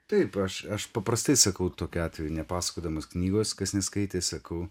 taip aš aš paprastai sakau tokiu atveju nepasakodamas knygos kas neskaitė sakau